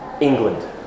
England